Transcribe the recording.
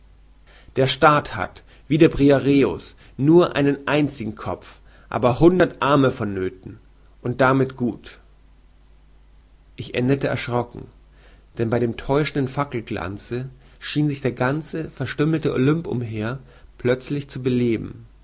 der staat hat wie briareus nur einen einzigen kopf aber hundert arme von nöthen und damit gut ich endete erschrocken denn bei dem täuschenden fackelglanze schien sich der ganze verstümmelte olymp umher plötzlich zu beleben